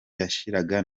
yashiraga